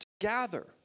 gather